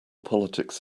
politics